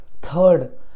Third